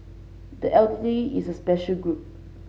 the elderly is a special group